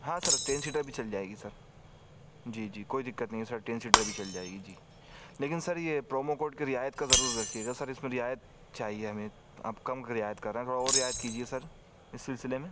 ہاں sir ten seater بھی چل جائے گی سر جی جی کوئی دقت نہیں ہے سر ٹین سیٹر بھی چل جائے گی لیکن سر یہ پرومو کوڈ کے رعایت کا ضرور رکھیے گا سر اس میں رعایت چاہیے ہمیں آپ کم رعایت کر رہے ہیں تھوڑا اور رعایت کیجیے سر اس سلسلے میں